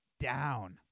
down